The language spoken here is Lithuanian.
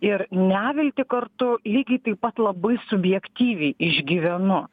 ir neviltį kartu lygiai taip pat labai subjektyviai išgyvenu